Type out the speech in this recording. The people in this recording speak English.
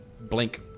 Blink